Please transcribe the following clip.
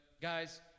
guys